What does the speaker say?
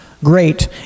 great